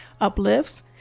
uplifts